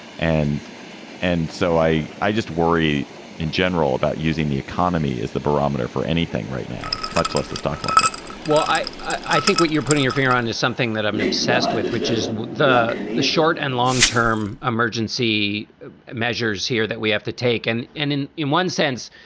and and so i i just worry in general about using the economy as the barometer for anything right now, much less the stock market well, i i think what you're putting your finger on is something that i'm obsessed with, which is the the short and long term emergency measures here that we have to take. and and in in one sense,